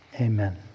amen